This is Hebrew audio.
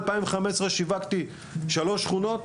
ב-2015 שיווקתי שלוש שכונות,